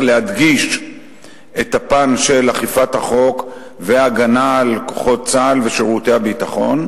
להדגיש את הפן של אכיפת החוק וההגנה על כוחות צה"ל ושירותי הביטחון,